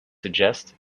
suggests